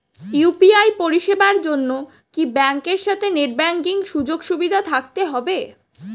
UPI পরিষেবার জন্য কি ব্যাংকের সাথে নেট ব্যাঙ্কিং সুযোগ সুবিধা থাকতে হবে?